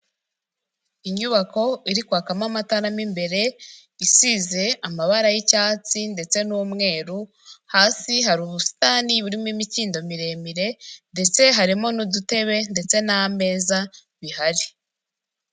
Inyubako iri kwakamo amatara mu imbere, isize amabara y'icyatsi ndetse n'umweru, hasi hari ubusitani burimo imikindo miremire ndetse harimo n'udutebe ndetse n'ameza bihari.